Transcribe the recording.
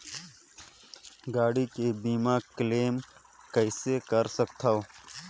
गाड़ी के बीमा क्लेम कइसे कर सकथव?